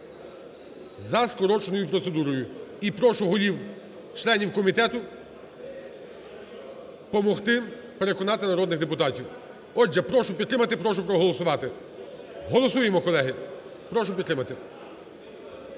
за скороченою процедурою, і прошу голів… членів комітету помогти переконати народних депутатів. Отже, прошу підтримати, прошу проголосувати. Голосуємо, колеги. Прошу підтримати.